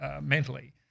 mentally